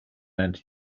land